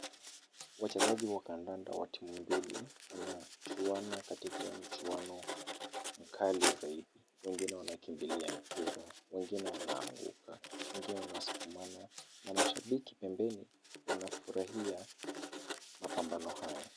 Wachezaji wa kandanda wa timu mbili wanachuana katika mchuano mkali zaidi, wengine wanakimbilia mpira, wengine wanaanguka, wengine wanasukumana na mashabiki pembeni wanafurahia mapambano haya.